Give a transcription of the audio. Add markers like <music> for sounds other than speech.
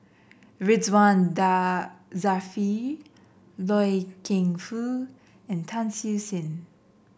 Ridzwan <unintelligible> Dzafir Loy Keng Foo and Tan Siew Sin